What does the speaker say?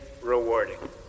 rewarding